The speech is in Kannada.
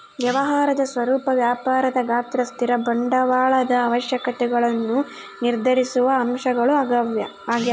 ವ್ಯವಹಾರದ ಸ್ವರೂಪ ವ್ಯಾಪಾರದ ಗಾತ್ರ ಸ್ಥಿರ ಬಂಡವಾಳದ ಅವಶ್ಯಕತೆಗುಳ್ನ ನಿರ್ಧರಿಸುವ ಅಂಶಗಳು ಆಗ್ಯವ